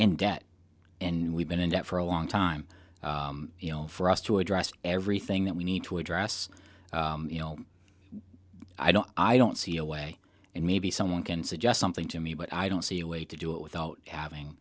in debt and we've been in debt for a long time you know for us to address everything that we need to address you know i don't i don't see a way and maybe someone can suggest something to me but i don't see a way to do it without having